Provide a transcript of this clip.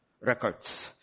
records